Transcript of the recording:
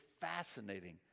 fascinating